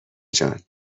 جان